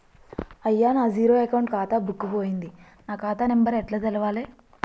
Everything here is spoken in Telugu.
అయ్యా నా జీరో అకౌంట్ ఖాతా బుక్కు పోయింది నా ఖాతా నెంబరు ఎట్ల తెలవాలే?